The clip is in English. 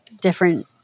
different